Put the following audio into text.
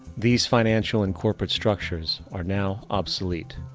these financial and corporate structures are now obsolete,